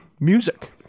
music